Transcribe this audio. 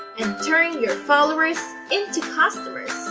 and turn your followers into customers.